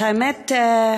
את האמת,